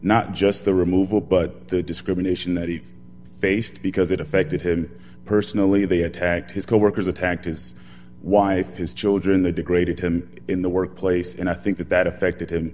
not just the removal but the discrimination that he faced because it affected him personally they attacked his coworkers attacked his wife his children the degraded him in the workplace and i think that that affected him